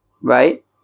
right